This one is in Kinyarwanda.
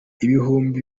ibihumbi